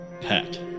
Pet